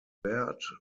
baird